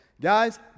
Guys